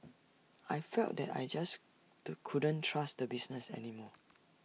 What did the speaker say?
I felt that I just to couldn't trust the business any more